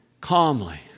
calmly